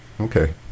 Okay